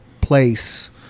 place